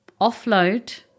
offload